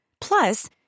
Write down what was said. Plus